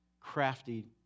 crafty